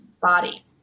body